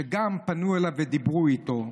שגם פנו אליו ודיברו איתו.